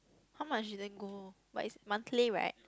how much should they go but is monthly right